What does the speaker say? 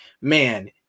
man